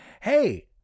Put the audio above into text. hey